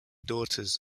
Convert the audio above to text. daughters